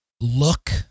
look